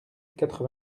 quatre